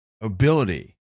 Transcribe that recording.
ability